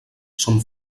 som